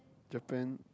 Japan